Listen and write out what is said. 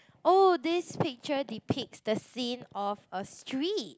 oh this picture depicts the scene of a street